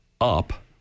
up